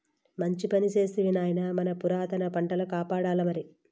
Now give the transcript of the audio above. మంచి పని చేస్తివి నాయనా మన పురాతన పంటల కాపాడాల్లమరి